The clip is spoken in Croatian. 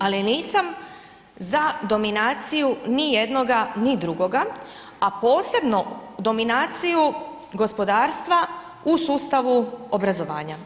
Ali nisam za dominaciju ni jednoga ni drugoga, a posebno dominaciju gospodarstva u sustavu obrazovanja.